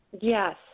Yes